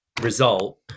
result